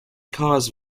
cause